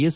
S